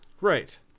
Right